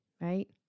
right